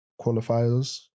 qualifiers